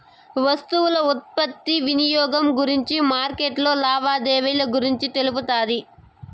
వస్తువుల ఉత్పత్తి వినియోగం గురించి మార్కెట్లో లావాదేవీలు గురించి తెలుపుతాది